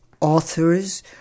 authors